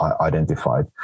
identified